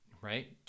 right